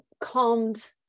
calmed